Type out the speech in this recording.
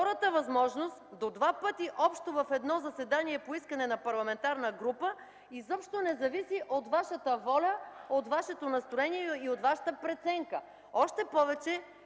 втората възможност, до два пъти общо в едно заседание по искане на парламентарна група, изобщо не зависи от Вашата воля, от Вашето настроение и от Вашата преценка. Още повече,